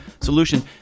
solution